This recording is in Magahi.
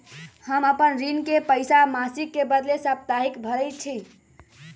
हम अपन ऋण के पइसा मासिक के बदले साप्ताहिके भरई छी